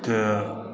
तऽ